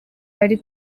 bari